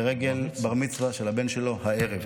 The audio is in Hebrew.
לרגל בר מצווה של הבן שלו הערב.